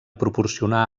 proporcionar